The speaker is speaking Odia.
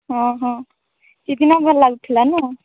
ହଁ ହଁ ସେ ଦିନ ଭଲ ଲାଗୁଥିଲା ନୁହଁ